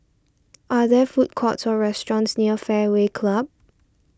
are there food courts or restaurants near Fairway Club